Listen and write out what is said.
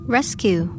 Rescue